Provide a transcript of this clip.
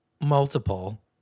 multiple